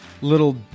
little